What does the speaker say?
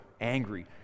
angry